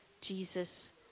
Jesus